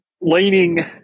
leaning